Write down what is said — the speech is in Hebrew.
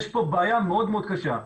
יש פה בעיה מאוד מאוד קשה,